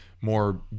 more